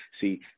See